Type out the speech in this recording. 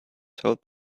told